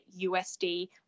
USD